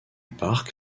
parc